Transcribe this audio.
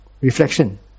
reflection